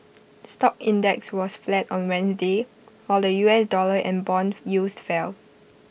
stock index was flat on Wednesday while the U S dollar and Bond yields fell